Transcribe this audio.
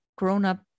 grown-up